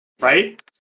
Right